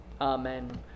Amen